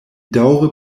daŭre